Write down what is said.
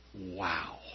Wow